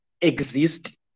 exist